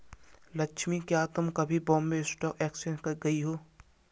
लक्ष्मी, क्या तुम कभी बॉम्बे स्टॉक एक्सचेंज गई हो?